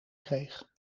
kreeg